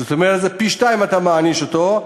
זאת אומרת אתה מעניש אותו פי-שניים.